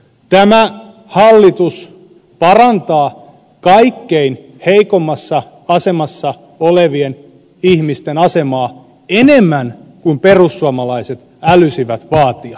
tämä hallitus parantaa kaikkein heikoimmassa asemassa olevien ihmisten asemaa enemmän kuin perussuomalaiset älysivät vaatia